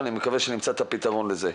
ומקווים שנמצא את הפתרון לזה.